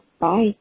bye